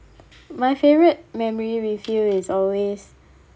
my favourite memory with you is always